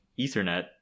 ethernet